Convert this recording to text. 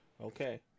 Okay